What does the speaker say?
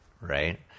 right